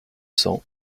cents